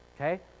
Okay